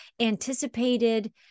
anticipated